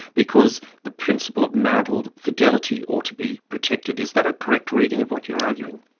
because the principle of marital fidelity, ought to be protected. is that a correct reading of what you're arguing?